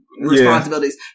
responsibilities